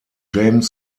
james